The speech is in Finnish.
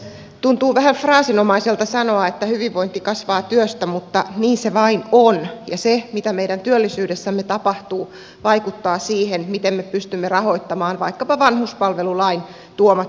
tuntuu vähän fraasinomaiselta sanoa että hyvinvointi kasvaa työstä mutta niin se vain on ja se mitä meidän työllisyydessämme tapahtuu vaikuttaa siihen miten me pystymme rahoittamaan vaikkapa vanhuspalvelulain tuomat velvoitteet